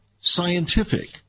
scientific